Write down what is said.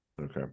Okay